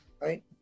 right